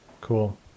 cool